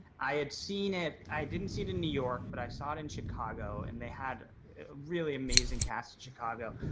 i had seen it. i didn't see it in new york, but i saw it in chicago and they had really amazing cast in chicago.